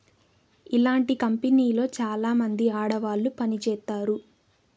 ఇలాంటి కంపెనీలో చాలామంది ఆడవాళ్లు పని చేత్తారు